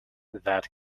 that